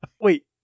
Wait